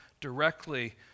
directly